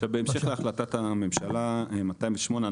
בהמשך להחלטת הממשלה 208,